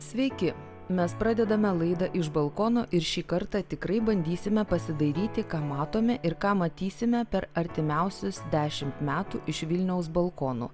sveiki mes pradedame laidą iš balkono ir šį kartą tikrai bandysime pasidairyti ką matome ir ką matysime per artimiausius dešimt metų iš vilniaus balkonų